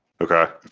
Okay